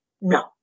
no